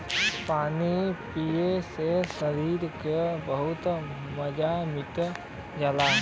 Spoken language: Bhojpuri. पानी पिए से सरीर के बहुते मर्ज मिट जाला